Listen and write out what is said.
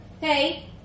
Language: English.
Hey